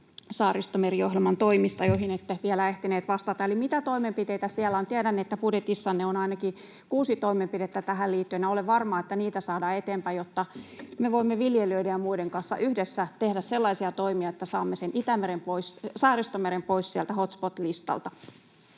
Saaristomeri-ohjelman toimista, joihin ette vielä ehtinyt vastata. Eli mitä toimenpiteitä siellä on? Tiedän, että budjetissanne on ainakin kuusi toimenpidettä tähän liittyen. Olen varma, että niitä saada eteenpäin, jotta me voimme viljelijöiden ja muiden kanssa yhdessä tehdä sellaisia toimia, että saamme Saaristomeren pois sieltä hotspot-listalta.